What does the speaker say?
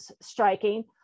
striking